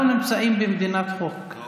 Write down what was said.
אנחנו נמצאים במדינת חוק או